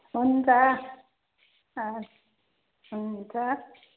हुन्छ अँ हुन्छ